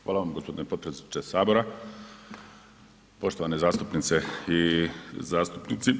Hvala vam gospodine potpredsjedniče Sabora, poštovane zastupnice i zastupnici.